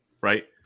right